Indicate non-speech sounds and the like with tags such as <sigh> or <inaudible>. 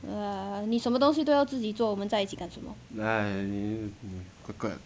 err 你什么东西都要自己做我们在一起干什么吵架吵架 <laughs> okay okay 时间到了 clap ya of course clap to end yes 没有 ah I think it's just clap